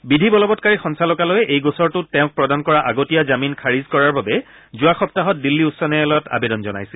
বিধি বলবৎকাৰী সঞ্চালকালয়ে এই গোচৰটোত তেওঁক প্ৰদান কৰা আগতীয়া জামিন খাৰিজ কৰাৰ বাবে যোৱা সপ্তাহত দিল্লী উচ্চ ন্যায়ালয়ত আবেদন জনাইছিল